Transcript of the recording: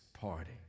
party